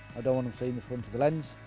don't want to seen the front of the lens.